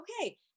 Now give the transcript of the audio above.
Okay